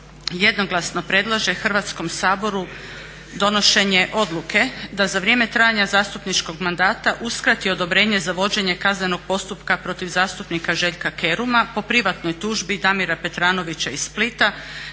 jednoglasno predlaže Hrvatskom saboru donošenje odluke da za vrijeme trajanja zastupničkog mandata uskrati odobrenje za vođenje kaznenog postupka protiv zastupnika Željka Keruma po privatnoj tužbi Damira Petranovića iz Splita